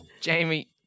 Jamie